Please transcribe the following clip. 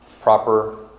proper